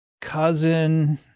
cousin